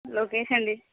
location డిస్